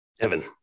Evan